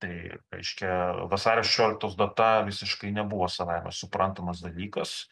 tai reiškia vasario šešioliktos data visiškai nebuvo savaime suprantamas dalykas